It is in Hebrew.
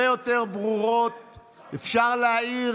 אפשר לראות